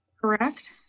Correct